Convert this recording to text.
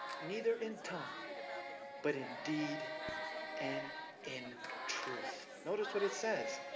neither in tongue but in deed and in truth. notice what it says